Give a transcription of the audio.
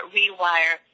rewire